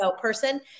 person